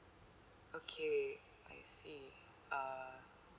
okay I see uh